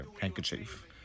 handkerchief